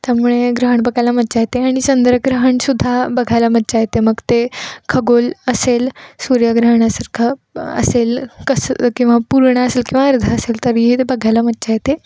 त्यामुळे ग्रहण बघायला मजा येते आणि चंद्रग्रहणसुद्धा बघायला मजा येते मग ते खगोल असेल सूर्यग्रहणासारखं असेल कसं किंवा पूर्ण असेल किंवा अर्धं असेल तरीही ते बघायला मजा येते